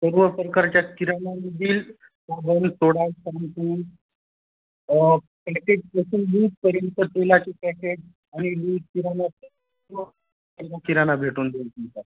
सर्व प्रकारच्या किराणाधील साबण थोडा शाम्पू पॅकेटपासून लूजपर्यंत तेलाचे पॅकेट आणि लूज किराणा किराणा भेटून जाईल तुमचा